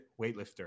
weightlifter